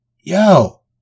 Yo